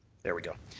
there we go.